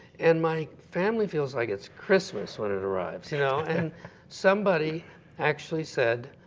and my family feels like it's christmas when it arrives, you know? and somebody actually said,